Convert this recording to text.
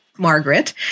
Margaret